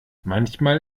manchmal